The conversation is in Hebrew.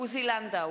עוזי לנדאו,